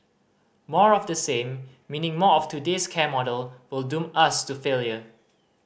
more of the same meaning more of today's care model will doom us to failure